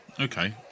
Okay